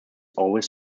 always